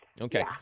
Okay